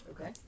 Okay